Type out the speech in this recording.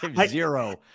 zero